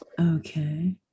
Okay